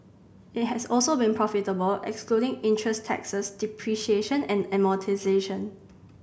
it has also been profitable excluding interest taxes depreciation and amortisation